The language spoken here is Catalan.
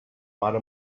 mare